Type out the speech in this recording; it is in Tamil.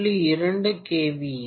2 kVA 2